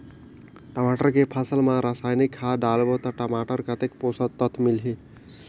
टमाटर के फसल मा रसायनिक खाद डालबो ता टमाटर कतेक पोषक तत्व मिलही?